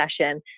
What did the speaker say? session